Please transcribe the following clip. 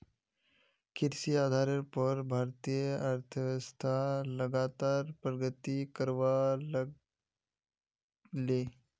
कृषि आधारेर पोर भारतीय अर्थ्वैव्स्था लगातार प्रगति करवा लागले